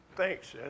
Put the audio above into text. Thanks